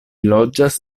loĝas